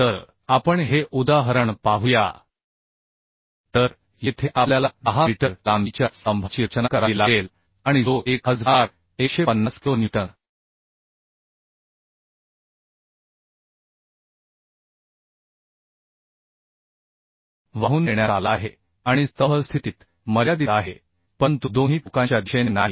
तर आपण हे उदाहरण पाहूया तर येथे आपल्याला 10 मीटर लांबीच्या स्तंभाची रचना करावी लागेल आणि जो 1150 किलो न्यूटन वाहून नेण्यात आला आहे आणि स्तंभ स्थितीत मर्यादित आहे परंतु दोन्ही टोकांच्या दिशेने नाही